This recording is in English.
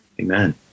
Amen